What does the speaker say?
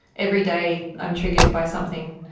every day i'm triggered by something.